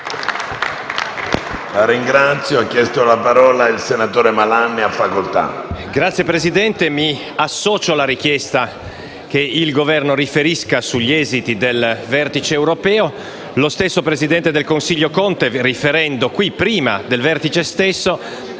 Signor Presidente, mi associo alla richiesta che il Governo riferisca sugli esiti del vertice europeo. Lo stesso presidente del Consiglio Conte, riferendo in questa sede prima del vertice stesso,